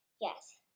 Yes